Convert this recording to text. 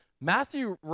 Matthew